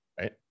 Right